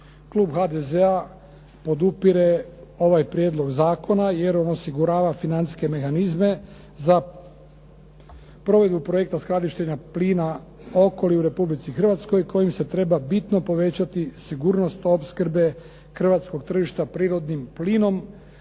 klub HDZ-a podupire ovaj prijedlog zakona jer on osigurava financijske mehanizme za provedbu projekta skladištenja plina Okoli u Republici Hrvatskoj kojim se treba bitno povećati sigurnost opskrbe hrvatskog tržišta prirodnim plinom